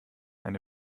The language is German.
eine